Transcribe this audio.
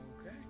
Okay